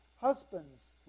Husbands